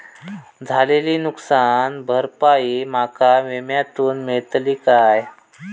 झालेली नुकसान भरपाई माका विम्यातून मेळतली काय?